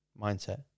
mindset